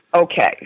Okay